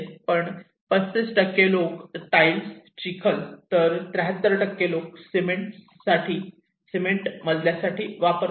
पण 35 लोक local tiles चिखल तर 73 लोक सिमेंट मजल्या साठी वापरतात